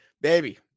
baby